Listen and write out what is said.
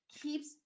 keeps